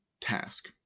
task